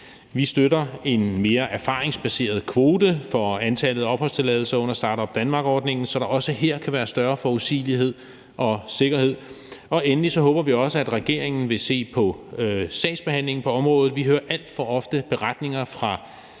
Vi støtter en mere erfaringsbaseret kvote for antallet af opholdstilladelser under Start-up Denmark-ordningen, så der også her kan være større forudsigelighed og sikkerhed, og endelig håber vi også, at regeringen vil se på sagsbehandlingen på området. Vi hører alt for ofte beretninger fra